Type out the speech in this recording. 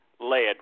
led